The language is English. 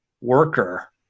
worker